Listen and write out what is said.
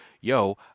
Yo